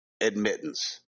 admittance